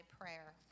prayer